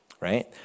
right